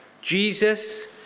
Jesus